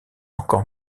encore